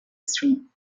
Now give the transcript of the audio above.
stream